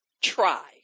try